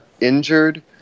injured